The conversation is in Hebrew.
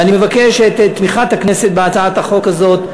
ואני מבקש את תמיכת הכנסת בהצעת החוק הזאת.